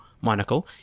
Monaco